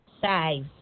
size